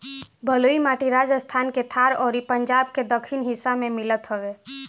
बलुई माटी राजस्थान के थार अउरी पंजाब के दक्खिन हिस्सा में मिलत हवे